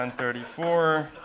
um thirty four,